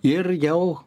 ir jau